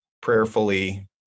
prayerfully